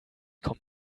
kommt